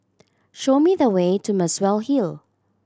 show me the way to Muswell Hill